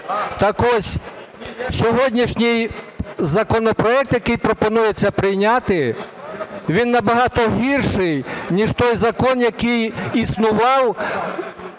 Так ось, сьогоднішній законопроект, який пропонується прийняти, він набагато гірший, ніж той закон, який існував